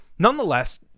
Nonetheless